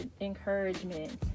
encouragement